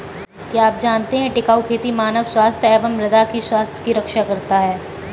क्या आप जानते है टिकाऊ खेती मानव स्वास्थ्य एवं मृदा की स्वास्थ्य की रक्षा करता हैं?